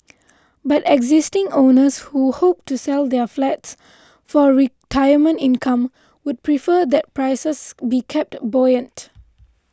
but existing owners who hope to sell their flats for retirement income would prefer that prices be kept buoyant